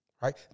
right